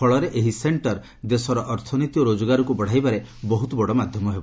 ଫଳରେ ଏହି ସେକ୍କର ଦେଶର ଅର୍ଥନୀତି ଓ ରୋଜଗାରକୁ ବତାଇବାରେ ବହୁତ ବଡ ମାଧ୍ୟମ ହେବ